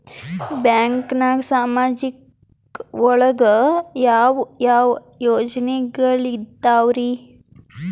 ಬ್ಯಾಂಕ್ನಾಗ ಸಾಮಾಜಿಕ ಒಳಗ ಯಾವ ಯಾವ ಯೋಜನೆಗಳಿದ್ದಾವ್ರಿ?